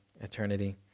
eternity